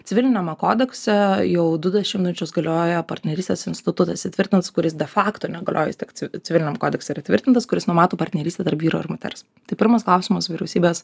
civiliniame kodekse jau du dešimtmečius galioja partnerystės institutas įtvirtins kuris be fakto negalioja jis tik civiliniam kodekse yra įtvirtintas kuris numato partnerystę tarp vyro ir moters tai pirmas klausimas vyriausybės